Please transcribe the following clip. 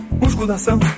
musculação